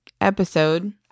episode